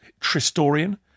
Tristorian